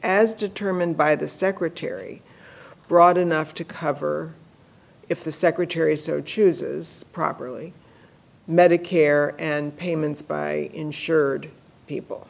as determined by the secretary broad enough to cover if the secretary so chooses properly medicare and payments by insured people